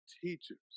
teachers